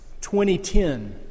2010